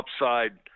upside